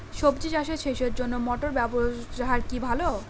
সবজি চাষে সেচের জন্য মোটর ব্যবহার কি ভালো?